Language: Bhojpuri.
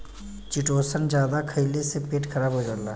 चिटोसन जादा खइले से पेट खराब हो जाला